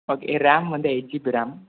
okay RAM வந்து eight GB RAM